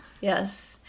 yes